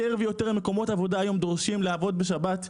יותר ויותר מקומות עבודה דורשים היום לעבוד בשבת,